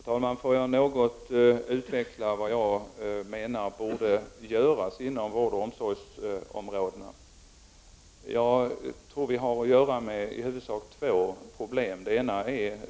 Herr talman! Låt mig något utveckla vad jag menar borde göras inom vård och omsorg. Vi har att göra med i huvudsak två typer av problem.